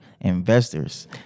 investors